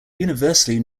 universally